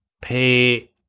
pay